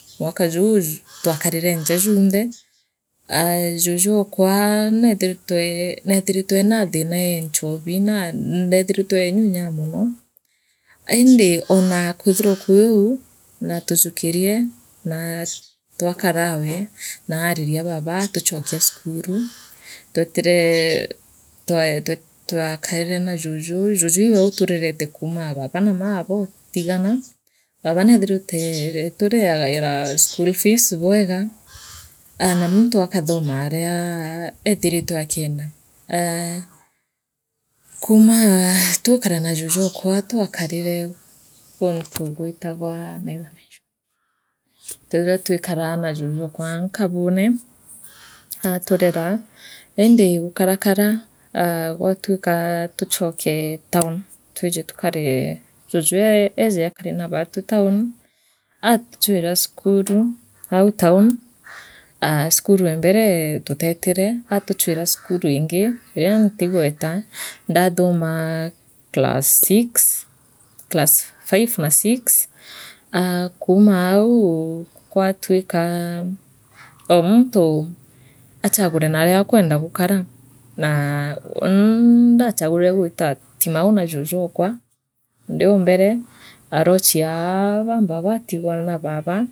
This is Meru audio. Mwaka juu twakarire njaa junthe aa jujuokwa neethiritwe neethiritwe eena thinee nchobi na neethiritwe eenyunyaa mono iindi oona kwithirwa kwiu naatu jukirie naa twakaraawe naa ariria baaba aatuchokia cukuru tweetire twe twa twakarire na juuju juu iwe uturereeta kuuma baaba na ma bootigana baaba neethirite eturiagaire school fees bweega aa na muntu akathoma aria eethiritwe akienda aa kuuma tuukara na jujuokwa twakarire guntu gwitagwa tethire twikara naa juuju okwa nkabure aaturera indi gukarakara aa gwatwikaa tuchooke town twije tukari juuja eeje akare naa batwi town aatu chwira cukuru ingi iria ntigweta ndathomaa class six class five na six aa kuuma au gwatwikaa oo muntu aachagure naaria akwenda gukara naa unii ndachagurire gwiitaa timau kwa jujuokwa ndiombere oaruchia baambe baatigwa na baaba.